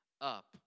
up